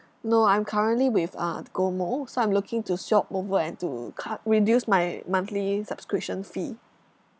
no I'm currently with uh gomo so I'm looking to swap over and to cut reduce my monthly subscription fee